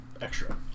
extra